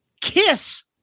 Kiss